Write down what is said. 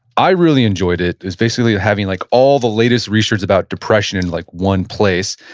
i really enjoyed it. it was basically ah having like all the latest research about depression in like one place.